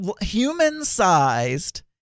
human-sized